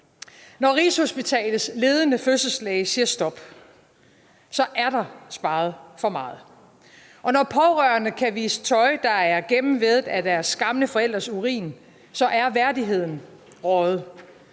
Når Rigshospitalets ledende fødselslæge siger stop, er der sparet for meget. Når pårørende kan vise tøj, der er gennemvædet af deres gamle forældres urin, så er værdigheden røget.